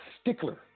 stickler